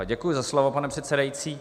Děkuji za slovo, pane předsedající.